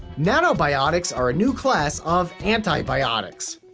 nanobiotics are a new class of antibiotics.